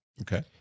okay